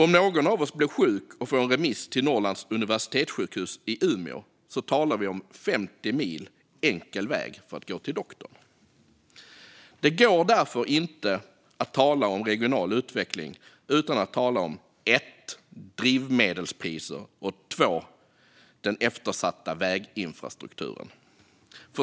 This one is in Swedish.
Om någon av oss blir sjuk och får en remiss till Norrlands universitetssjukhus i Umeå talar vi om 50 mil enkel väg för att gå till doktorn. Det går därför inte att tala om regional utveckling utan att prata om drivmedelspriser och den eftersatta väginfrastrukturen.